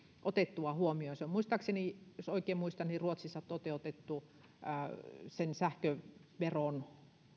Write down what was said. otettua huomioon että edustaja semikin nyt siellä hallituspuolueessa pidätte tätä silmällä muistaakseni jos oikein muistan niin ruotsissa tämä on toteutettu sen sähköveron